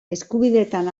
eskubideetan